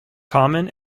common